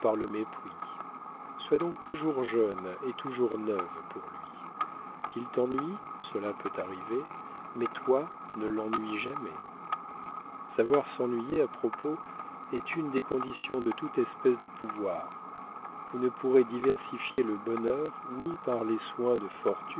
le mépris sois donc toujours jeune et toujours neuve pour lui qu'il t'ennuie cela peut arriver mais toi ne l'ennuie jamais savoir s'ennuyer à propos est une des conditions de toute espèce de pouvoir vous ne pourrez diversifier le bonheur ni par les soins de